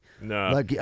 No